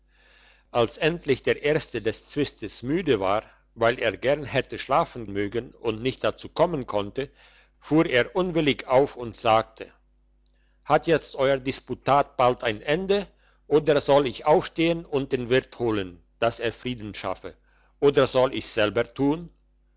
als endlich der erste des zwistes müde war weil er gern hätte schlafen mögen und nicht dazu kommen konnte fuhr er unwillig auf und sagte hat jetzt euer disputat bald ein ende oder soll ich aufstehen und den wirt holen dass er frieden schaffe oder soll ich's selber tun